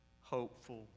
hopeful